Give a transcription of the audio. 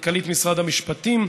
מנכ"לית משרד המשפטים,